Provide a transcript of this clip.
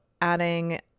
adding